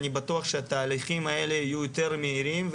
אני בטוח שזה יביא לכך שהתהליכים האלה יהיו יותר מהירים.